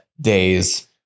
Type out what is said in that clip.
days